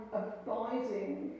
abiding